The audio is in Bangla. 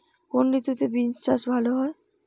কোন ঋতুতে বিন্স চাষ ভালো হয়?